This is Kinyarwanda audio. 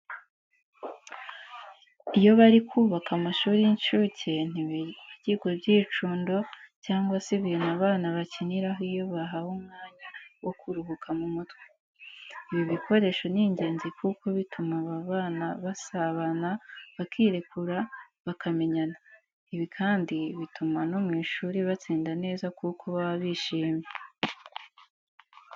Iyo bari kubaka amashuri y'inshuke ntibibagirwa ibyicundo cyangwa se ibintu abana bakiniraho iyo bahawe umwanya wo kuruhura mu mutwe. Ibi bikoresho ni ingenzi kuko bituma aba bana basabana, bakirekura, bakamenyana. Ibi kandi bituma no mu ishuri batsinda neza kuko baba bishyimye.